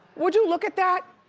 would you look at that?